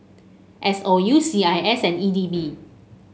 S O U C I S and E D B